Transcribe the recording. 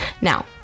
now